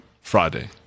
Friday